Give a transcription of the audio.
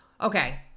Okay